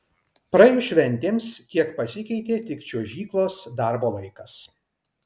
praėjus šventėms kiek pasikeitė tik čiuožyklos darbo laikas